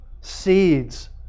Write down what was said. seeds